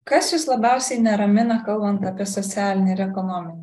kas jus labiausiai neramina kalbant apie socialinį ir ekonominį